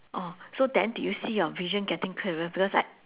oh so then did you see your vision getting clearer because like